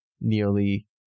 nearly